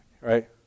right